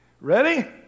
Ready